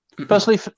Personally